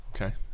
Okay